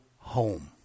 home